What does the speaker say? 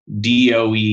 DOE